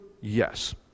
Yes